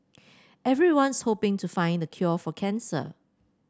everyone's hoping to find the cure for cancer